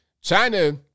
China